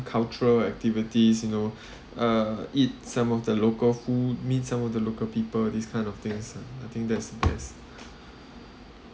cultural activities you know uh eat some of the local food meet some of the local people these kind of things uh I think that's best